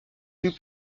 plus